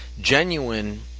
genuine